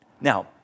Now